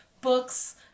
books